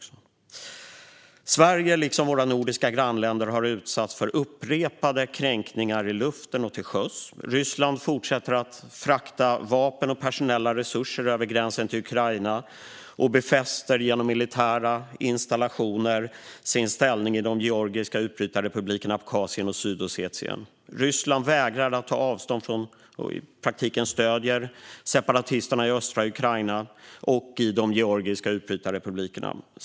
Sverige har, liksom våra nordiska grannländer, utsatts för upprepade kränkningar i luften och till sjöss. Ryssland fortsätter att frakta vapen och personella resurser över gränsen till Ukraina och befäster genom militära installationer sin ställning i de georgiska utbrytarrepublikerna Abchazien och Sydossetien. Ryssland vägrar ta avstånd från och stöder i praktiken separatisterna i östra Ukraina och i de georgiska utbrytarrepublikerna.